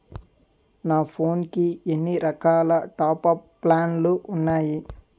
నా ఫోన్ కి ఎన్ని రకాల టాప్ అప్ ప్లాన్లు ఉన్నాయి?